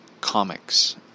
comics